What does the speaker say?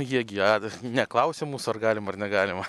jie gi ad neklausė mūsų ar galima ar negalima